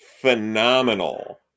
phenomenal